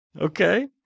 Okay